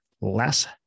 less